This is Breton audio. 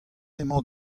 emañ